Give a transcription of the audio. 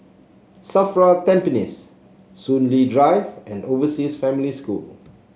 Safra Tampines Soon Lee Drive and Overseas Family School